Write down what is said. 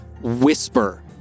whisper